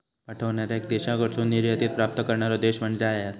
पाठवणार्या देशाकडसून निर्यातीत प्राप्त करणारो देश म्हणजे आयात